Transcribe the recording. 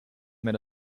made